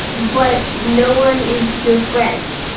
but no one is your friend,